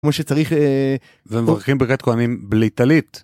כמו שצריך ומברכים ברכת כהנים בלי טלית.